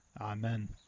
Amen